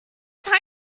time